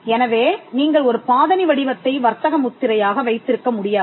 எனவே நீங்கள் ஒரு பாதணி வடிவத்தை வர்த்தக முத்திரையாக வைத்திருக்க முடியாது